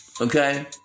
Okay